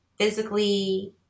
Physically